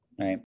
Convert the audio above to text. right